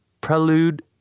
Prelude